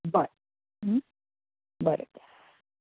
बरें बरें तर